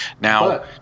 Now